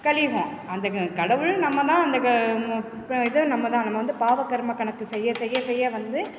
கலி யுகம் அந்த மே கடவுள் நம்ம தான் இந்த க மு இப்போ இதை நம்ம தான் நம்ம வந்து பாவ கர்மம் கணக்கு செய்ய செய்ய செய்ய வந்து